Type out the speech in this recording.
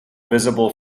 visible